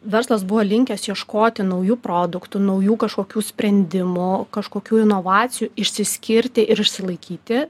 verslas buvo linkęs ieškoti naujų produktų naujų kažkokių sprendimų kažkokių inovacijų išsiskirti ir išsilaikyti